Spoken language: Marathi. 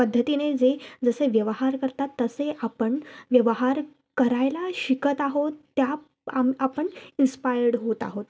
पद्धतीने जे जसे व्यवहार करतात तसे आपण व्यवहार करायला शिकत आहोत त्या आम आपण इन्स्पायर्ड होत आहोत